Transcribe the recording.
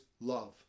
love